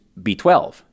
B12